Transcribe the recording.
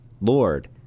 Lord